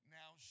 now